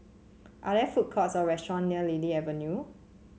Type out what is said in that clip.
are there food courts or restaurant near Lily Avenue